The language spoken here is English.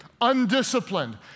undisciplined